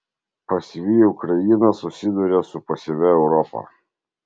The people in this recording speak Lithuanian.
pasyvi ukraina susiduria su pasyvia europa